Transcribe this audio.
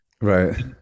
Right